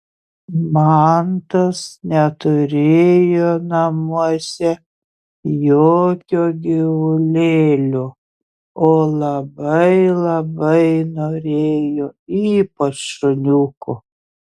mantas neturėjo namuose jokio gyvulėlio o labai labai norėjo ypač šuniuko